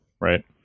right